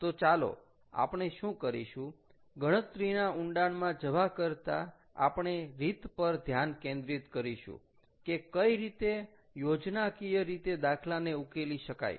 તો ચાલો આપણે શું કરીશું ગણતરીના ઊંડાણમાં જવા કરતાં આપણે રીત પર ધ્યાન કેન્દ્રિત કરીશું કે કઈ રીતે યોજનાકીય રીતે દાખલાને ઉકેલી શકાય